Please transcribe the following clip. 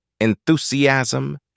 enthusiasm